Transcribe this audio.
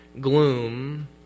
gloom